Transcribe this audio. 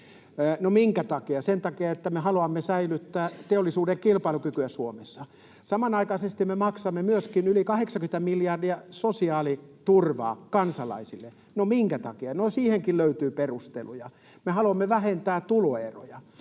No, minkä takia? Sen takia, että me haluamme säilyttää teollisuuden kilpakykyä Suomessa. Samanaikaisesti me maksamme myöskin yli 80 miljardia sosiaaliturvaa kansalaisille. No, minkä takia? No, siihenkin löytyy perusteluja. Me haluamme vähentää tuloeroja.